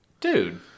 Dude